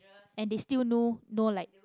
and they still know know like